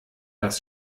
das